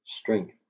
strength